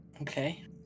Okay